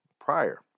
prior